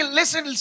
listen